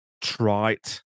trite